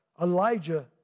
Elijah